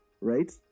Right